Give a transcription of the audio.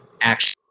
action